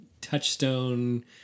touchstone